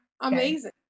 amazing